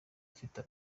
afite